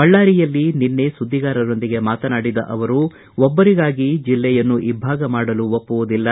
ಬಳ್ಳಾರಿಯಲ್ಲಿ ನಿನ್ನೆ ಸುದ್ದಿಗಾರರೊಂದಿಗೆ ಮಾತನಾಡಿದ ಅವರು ಒಬ್ಬರಿಗಾಗಿ ಜಿಲ್ಲೆಯನ್ನು ಇಬ್ಬಾಗ ಮಾಡಲು ಒಪ್ಪವುದಿಲ್ಲ